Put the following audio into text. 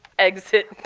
exit